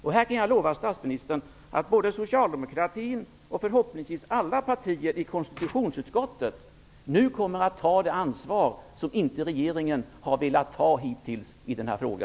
Jag kan lova statsministern att såväl socialdemokratin som förhoppningsvis alla partier i konstitutionsutskottet nu kommer att ta det ansvar som regeringen hittills inte har velat ta i denna fråga.